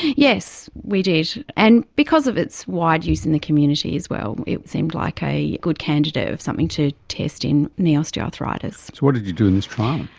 yes, we did, and because of its wide use in the community as well, it seemed like a good candidate of something to test in knee osteoarthritis. so what did you do in this trial?